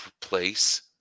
place